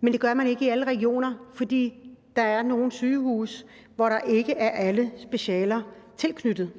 men det gør man ikke i alle regioner, for der er nogle sygehuse, hvor ikke alle specialer er tilknyttet.